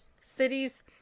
cities